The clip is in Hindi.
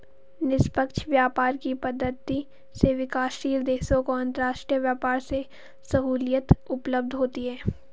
निष्पक्ष व्यापार की पद्धति से विकासशील देशों को अंतरराष्ट्रीय व्यापार में सहूलियत उपलब्ध होती है